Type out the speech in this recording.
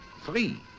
Three